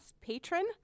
patron